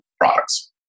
products